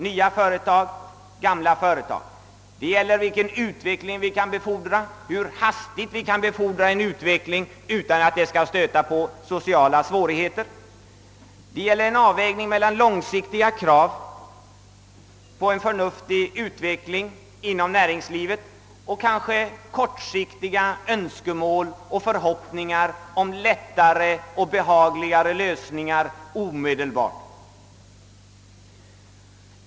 Det gäller också att ta ställning till frågor om vilken utveckling vi kan befordra och hur hastigt vi kan befordra en utveckling utan att det stöter på sociala svårigheter. Man måste göra en avvägning mellan långsiktiga krav på en förnuftig utveckling inom näringslivet och kortsiktiga önskemål och förhoppningar om lättare och behagligare lösningar omedelbart.